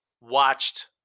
watched